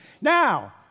Now